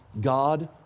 God